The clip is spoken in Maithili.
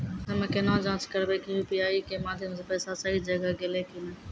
हम्मय केना जाँच करबै की यु.पी.आई के माध्यम से पैसा सही जगह गेलै की नैय?